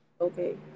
Okay